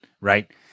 right –